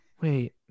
wait